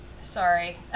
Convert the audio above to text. Sorry